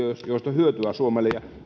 hyötyä suomelle ja